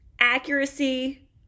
Accuracy